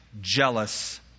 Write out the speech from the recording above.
jealous